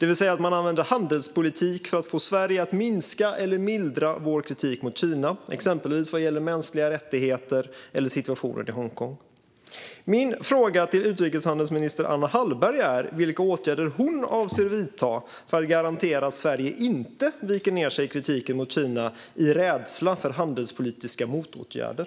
Man kan då använda handelspolitik för att få Sverige att minska eller mildra sin kritik mot Kina, exempelvis vad gäller mänskliga rättigheter eller situationen i Hongkong. Min fråga till utrikeshandelsminister Anna Hallberg är: Vilka åtgärder avser utrikeshandelsministern att vidta för att garantera att Sverige inte viker ned sig i kritiken mot Kina av rädsla för handelspolitiska motåtgärder?